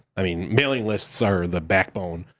i mean, mailing lists are the backbone,